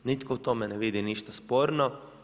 Nitko u tome ne vidi ništa sporno.